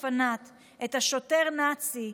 'פנאט',